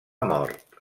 mort